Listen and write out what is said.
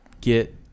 get